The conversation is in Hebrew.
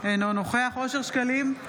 אינו נוכח אושר שקלים,